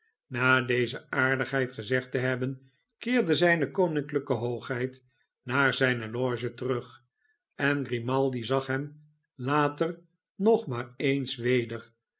na deze aardigheid gezegd te hebben keerde zijne koninklijke hoogheid naar zijne loge terug en grimaldi zag hem later nog maar eens weder